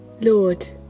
Lord